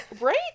Right